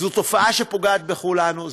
זו תופעה שפוגעת בכולנו,